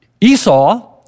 Esau